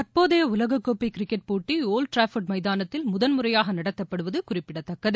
தற்போதைய உலகக்கோப்பை கிரிக்கெட் போட்டி ஒவ்டு ட்ராஃபோர்டு மைதானத்தில் முதல் முறையாக நடத்தப்படுவது குறிப்பிடத்தக்கது